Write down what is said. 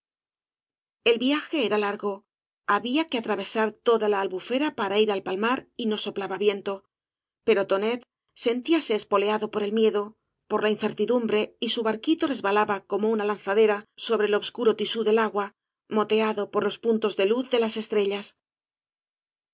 el viaje era largo había que atravesar toda la albufera para ir al palmar y no soplaba viento pero tonet sentíase espoleado por el miedoy por la incertidumbre y su barquito resbalaba como una lanzadera sobre el obscuro tisú del agua moteado por los puntos de luz de las estrellas